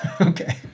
Okay